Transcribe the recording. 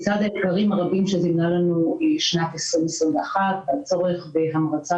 לצד האתגרים הרבים שזימנה לנו שנת 2021 והצורך בהמרצה